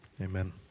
Amen